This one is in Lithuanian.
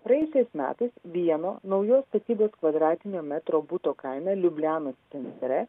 praeitais metais vieno naujos statybos kvadratinio metro buto kaina liublianos centre